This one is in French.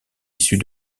issus